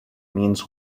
means